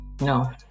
No